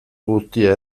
guztia